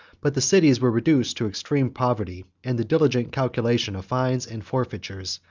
but the cities were reduced to extreme poverty and the diligent calculation of fines and forfeitures,